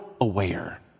aware